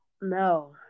No